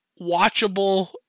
watchable